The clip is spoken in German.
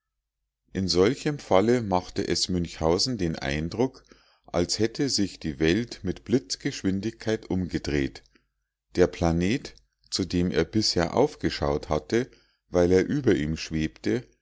in solchem falle machte es münchhausen den eindruck als hätte sich die welt mit blitzgeschwindigkeit umgedreht der planet zu dem er bisher aufgeschaut hatte weil er über ihm schwebte